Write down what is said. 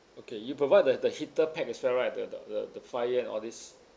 okay you provide the the heater pack as well right the the the the fire and all these